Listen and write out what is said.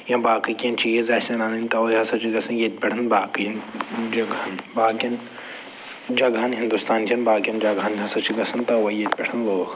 یا باقٕے کیٚنہہ چیٖز آسن اَنٕنۍ تَوَے ہسا چھِ گژھان ییٚتہِ پٮ۪ٹھ باقٕیَن جگہَن باقٕیَن جگہَن ہِنٛدُستانچَن باقٕیَن جگہَن ہسا چھِ گژھان تَوَے ییٚتہِ پٮ۪ٹھ لوٗکھ